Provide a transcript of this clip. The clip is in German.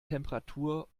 temperatur